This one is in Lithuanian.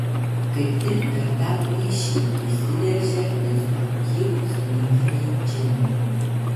kaip tik per tą plyšį įsiveržia destruktyvūs mitiniai džinai